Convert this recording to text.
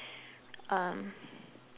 um